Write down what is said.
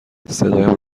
صدایم